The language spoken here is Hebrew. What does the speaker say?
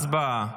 הצבעה.